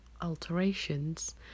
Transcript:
Alterations